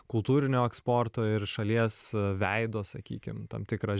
kultūrinio eksporto ir šalies veido sakykim tam tikrą